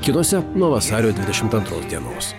kinuose nuo vasario dvidešimt antros dienos